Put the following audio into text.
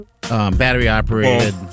battery-operated